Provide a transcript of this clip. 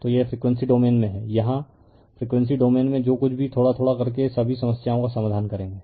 तो यह frequency domain में है यहाँ फ़्रीक्वेंसी डोमेन में जो कुछ भी थोड़ा थोड़ा करके सभी समस्या का समाधान करेगे